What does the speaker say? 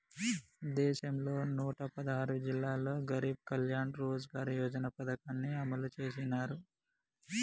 దేశంలోని నూట పదహారు జిల్లాల్లో గరీబ్ కళ్యాణ్ రోజ్గార్ యోజన పథకాన్ని అమలు చేసినారు